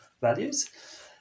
values